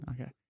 Okay